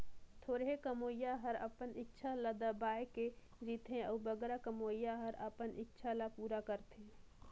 थोरहें कमोइया हर अपन इक्छा ल दबाए के जीथे अउ बगरा कमोइया हर अपन इक्छा ल पूरा करथे